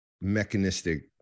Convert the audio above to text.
mechanistic